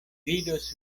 vidos